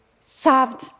served